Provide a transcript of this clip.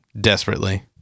desperately